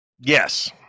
Yes